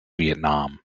vietnam